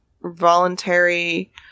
voluntary